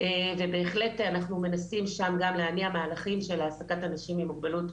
ובהחלט אנחנו מנסים שם גם להניע תהליכים של העסקת אנשים עם מוגבלות,